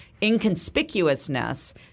inconspicuousness